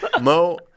mo